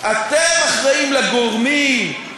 אתם אחראים לגורמים,